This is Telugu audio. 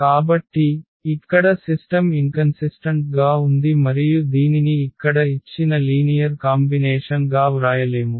కాబట్టి ఇక్కడ సిస్టమ్ ఇన్కన్సిటెన్ట్ గా ఉంది మరియు దీనిని ఇక్కడ ఇచ్చిన లీనియర్ కాంబినేషన్ గా వ్రాయలేము